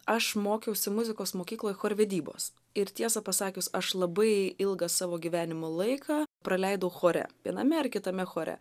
aš mokiausi muzikos mokykloj chorvedybos ir tiesą pasakius aš labai ilgą savo gyvenimo laiką praleidau chore viename ar kitame chore